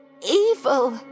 evil